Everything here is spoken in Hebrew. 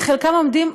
וחלקם עומדים,